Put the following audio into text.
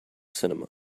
cinema